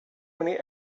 many